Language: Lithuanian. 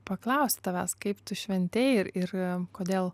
paklausti tavęs kaip tu šventei ir ir kodėl